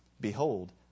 Behold